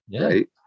right